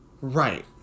Right